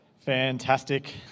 Fantastic